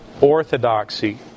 orthodoxy